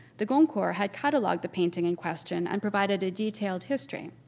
the goncourt had cataloged the painting in question and provided a detailed history.